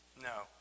No